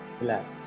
Relax